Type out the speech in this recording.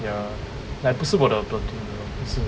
ya like 不是我的 platoon 不是